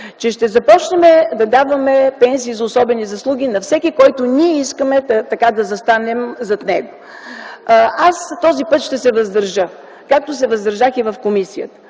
– ще започнем да даваме пенсии за особени заслуги на всеки, зад който ние искаме да застанем. Аз този път ще се въздържа, както се въздържах и в комисията,